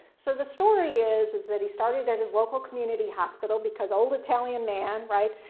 so the story is, is that he started at his local community hospital because old italian man, right?